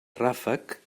ràfec